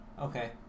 Okay